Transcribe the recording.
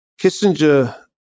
Kissinger